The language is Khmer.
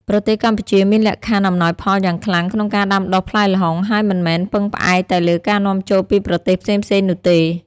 ប្រទេសកម្ពុជាមានលក្ខខណ្ឌអំណោយផលយ៉ាងខ្លាំងក្នុងការដាំដុះផ្លែល្ហុង ហើយមិនមែនពឹងផ្អែកតែលើការនាំចូលពីប្រទេសផ្សេងៗនោះទេ។